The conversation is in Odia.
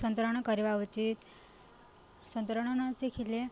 ସନ୍ତରଣ କରିବା ଉଚିତ ସନ୍ତରଣ ନ ଶିଖିଲେ